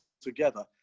together